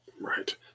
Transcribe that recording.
Right